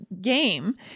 game